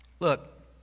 Look